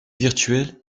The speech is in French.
virtuelles